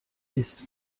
ist